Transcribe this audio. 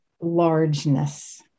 largeness